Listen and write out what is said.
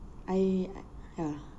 I ya